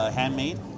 handmade